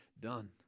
done